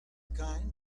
kind